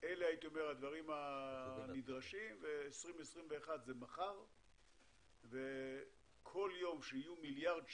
אלה הדברים הנדרשים ו-2021 זה מחר וכל יום יהיו מיליארד שקל,